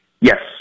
Yes